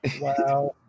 wow